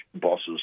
bosses